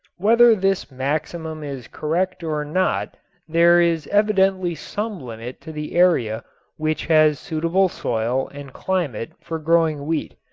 whether this maximum is correct or not there is evidently some limit to the area which has suitable soil and climate for growing wheat,